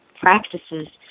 practices